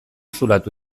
zulatu